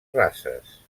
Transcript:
races